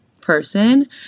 person